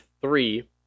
three